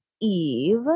Eve